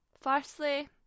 firstly